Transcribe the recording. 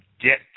get